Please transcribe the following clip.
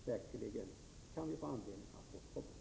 Säkerligen kan vi få anledning att återkomma.